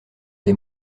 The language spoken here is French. des